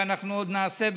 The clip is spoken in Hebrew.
ואנחנו עוד נעשה,